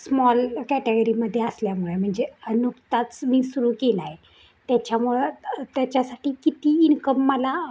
small कॅटेगरीमध्ये असल्यामुळे म्हणजे नुकताच मी सुरू केला आहे त्याच्यामुळं त्याच्यासाठी किती इन्कम मला